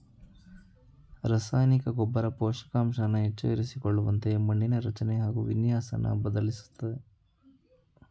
ರಸಾಯನಿಕ ಗೊಬ್ಬರ ಪೋಷಕಾಂಶನ ಹೆಚ್ಚು ಇರಿಸಿಕೊಳ್ಳುವಂತೆ ಮಣ್ಣಿನ ರಚನೆ ಹಾಗು ವಿನ್ಯಾಸನ ಬದಲಾಯಿಸ್ತದೆ